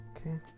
Okay